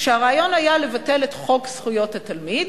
כשהרעיון היה לבטל את חוק זכויות התלמיד,